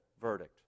verdict